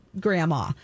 grandma